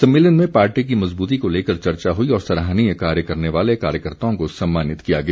सम्मेलन में पार्टी की मजबूती को लेकर चर्चा हुई और सराहनीय कार्य करने वाले कार्यकर्ताओं को सम्मानित किया गया